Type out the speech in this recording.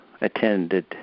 attended